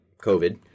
covid